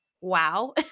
Wow